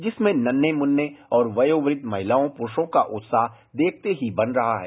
जिसमें नन्हें मुन्ने और वर्यावृद्ध महिलाओं पुरूषों का उत्साह देखते ही बन रहा है